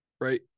right